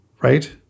right